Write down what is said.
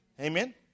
Amen